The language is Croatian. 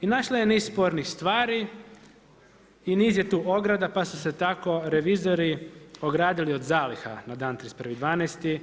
I našla je niz spornih stvari i niz je tu ograda pa su se tako revizori ogradili od zaliha na dan 31.12.